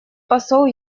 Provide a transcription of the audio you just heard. посол